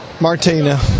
Martina